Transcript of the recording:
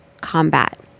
combat